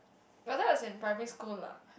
but that was in primary school lah